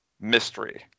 mystery